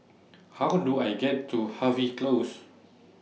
How Do I get to Harvey Close